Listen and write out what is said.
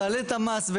תעלה את המס,